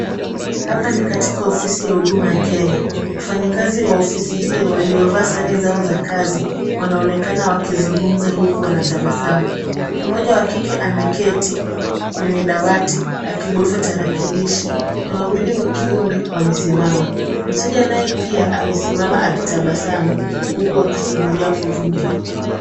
Hapa ni katika ofisi ya huduma ya Kenya. Wafanyikazi wa ofisi hii waliovaa sare zao za kazi wanaonekana wakizungumza huku wanatabasamu. Mmoja wa kike ameketi kwenye dawati akibofya tarakilishi na wawili wa kiume wamesimama. Mteja naye pia amesimama akitabasamu huku akisubiria kuhudumiwa.